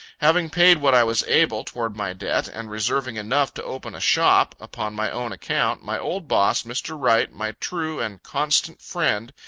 having paid what i was able, toward my debt, and reserving enough to open a shop, upon my own account, my old boss, mr. wright, my true and constant friend,